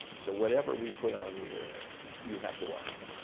so whatever we put on the air, you have to watch.